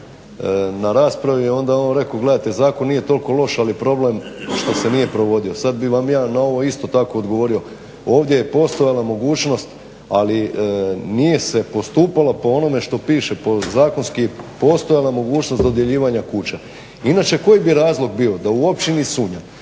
na raspravi onda je on rekao, gledajte zakon nije toliko loš ali je problem što se nije provodio. Sada bih vam ja na ovo isto tako odgovorio. Ovdje je postojala mogućnost ali nije se postupalo po onome što piše, po zakonski postojala mogućnost dodjeljivanja kuća. Inače koji bi razlog bio da u općini Sunja